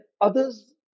others